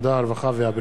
הרווחה והבריאות.